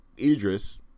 Idris